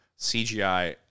CGI